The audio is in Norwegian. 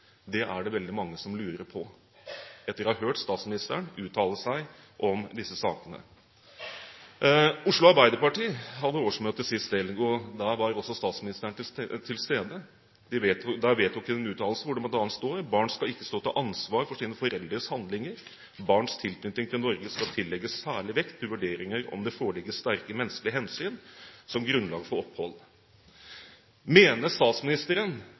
Det er det veldig mange som lurer på etter å ha hørt statsministeren uttale seg om disse sakene. Oslo Arbeiderparti hadde årsmøte sist helg. Da var også statsministeren til stede. Der vedtok de en uttalelse der det bl.a. står: «Barn skal ikke stå til ansvar for sine foreldres handlinger. Barnas tilknytning til Norge skal tillegges særlig vekt i vurderingen av om det foreligger sterke menneskelige hensyn som grunnlag for opphold.» Mener statsministeren